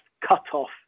cutoff